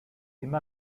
immer